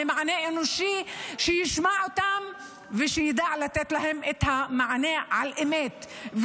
למענה אנושי שישמע אותם ושידע לתת להם את המענה על-אמת,